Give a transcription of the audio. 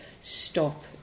stop